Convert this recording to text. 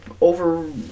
over